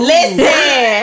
Listen